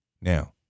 Now